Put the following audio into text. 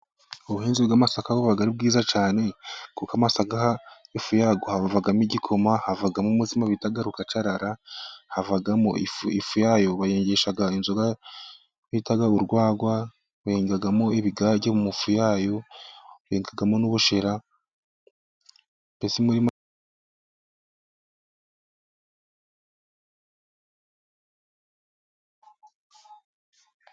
Ubuhinzi bw'amasaka buba ari bwiza cyane, kuko amasaka ifu yayo havamo igikoma, havamo umutsima bita rukacarara, havamo ifu, ifu yayo bayengesha inzoga bita urwagwa, bengamo ibigage, mu ifu yayo bengamo n'ubushera mbese....